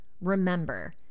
Remember